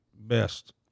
best